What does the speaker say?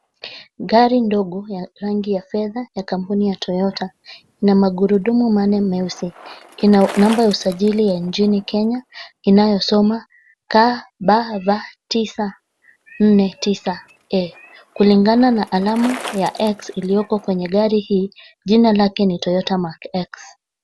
Gari ndogo ya rangi ya fedha ya rangi ya kampuni ya toyota. Ina magurudumu maane meusi. Ina namba ya usajili ya njini Kenya inayosoma KBV 949A. Kulingana na alama ya X iliyoko kwenye gari hii jina lake ni Toyota Mark X.